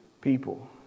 people